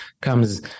comes